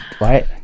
right